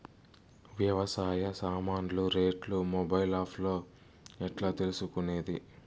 వ్యవసాయ సామాన్లు రేట్లు మొబైల్ ఆప్ లో ఎట్లా తెలుసుకునేది?